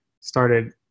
started